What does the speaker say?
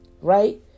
right